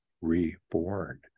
reborn